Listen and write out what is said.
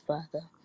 Father